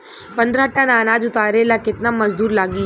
पन्द्रह टन अनाज उतारे ला केतना मजदूर लागी?